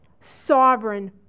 sovereign